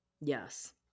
Yes